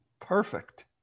perfect